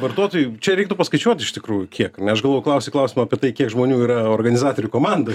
vartotojų čia reiktų paskaičiuot iš tikrųjų kiek ne aš galvoju klausi klausimą apie tai kiek žmonių yra organizatorių komandoj